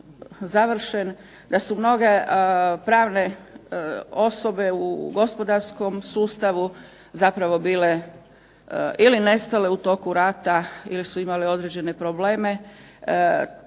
da su mnoge pravne osobe u gospodarskom sustavu bile ili nestale u toku rata, ili su imali određene probleme,